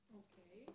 okay